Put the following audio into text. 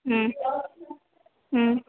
ಹ್ಞೂ ಹ್ಞೂ